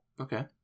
Okay